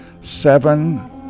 Seven